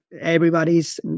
everybody's